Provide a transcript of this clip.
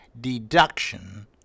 deduction